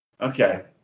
Okay